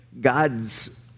God's